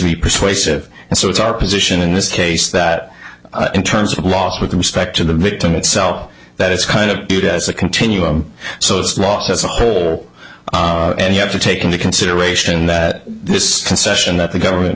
be persuasive and so it's our position in this case that in terms of laws with respect to the victim itself that it's kind of viewed as a continuum so small as a whole and you have to take into consideration that this concession that the government